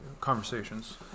conversations